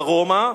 דרומה,